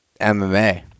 MMA